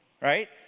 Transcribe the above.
right